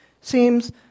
seems